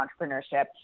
entrepreneurship